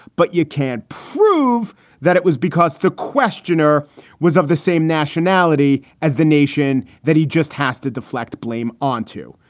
but you can't prove that it was because the questioner was of the same nationality as the nation that he just has to deflect blame onto.